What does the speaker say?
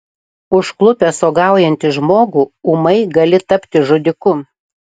užklupęs uogaujantį žmogų ūmai gali tapti žudiku